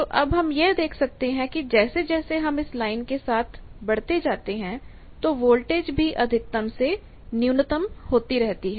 तो अब हम यह देख सकते हैं कि जैसे जैसे हम इस लाइन के साथ बढ़ते जाते हैं तो वोल्टेज भी अधिकतम से न्यूनतम होती रहती है